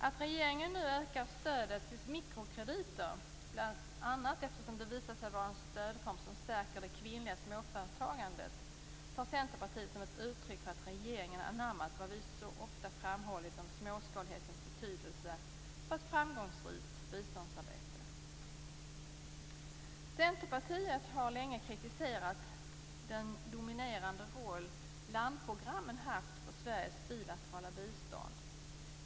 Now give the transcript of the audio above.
Att regeringen nu ökar stödet genom mikrokrediter, bl.a. eftersom det visat sig vara en stödform som stärker det kvinnliga småföretagandet, tar Centerpartiet som ett uttryck för att regeringen anammat vad vi så ofta framhållit om småskalighetens betydelse för ett framgångsrikt biståndsarbete. Centerpartiet har länge kritiserat den dominerande roll landprogrammen haft för Sveriges bilaterala bistånd.